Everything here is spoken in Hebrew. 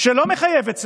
שלא מחייבת סגר,